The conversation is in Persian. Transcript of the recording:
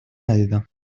ندیدم